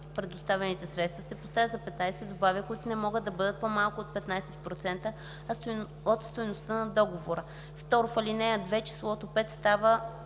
предоставените средства”, се поставя запетая и се добавя „които не могат да бъдат по-малко от 15% от стойността на договора”.; 2. в ал. 2 числото „5” става